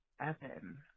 evan